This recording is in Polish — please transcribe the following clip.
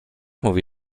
mówi